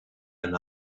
and